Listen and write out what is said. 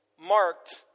marked